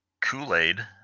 kool-aid